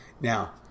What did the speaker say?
Now